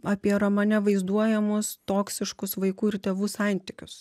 apie romane vaizduojamus toksiškus vaikų ir tėvų santykius